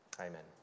amen